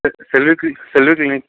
Selvi clinic Selvi clinic